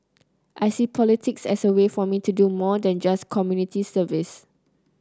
I see politics as a way for me to do more than just community service